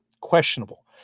questionable